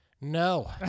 No